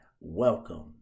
welcome